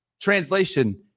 translation